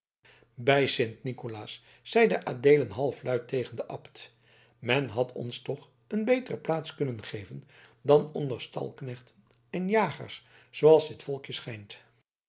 bij sint nicolaas zeide adeelen halfluid tegen den abt men had ons toch een betere plaats kunnen geven dan onder stalknechten en jagers zooals dit volkje schijnt